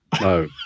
No